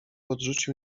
odrzucił